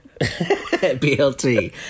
BLT